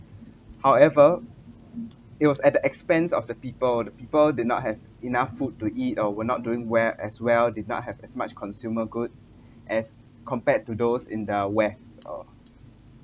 however it was at the expense of the people the people did not have enough food to eat or would not doing well as well did not have as much consumer goods as compared to those in the west or